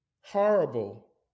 horrible